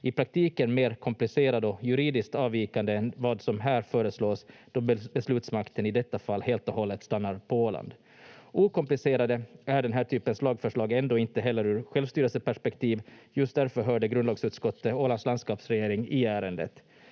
i praktiken mer komplicerad och juridiskt avvikande än vad som här föreslås då beslutsmakten i detta fall helt och hållet stannar på Åland. Okomplicerade är den här typens lagförslag ändå inte heller ur självstyrelseperspektiv. Just därför hörde grundlagsutskottet Ålands landskapsregering i ärendet.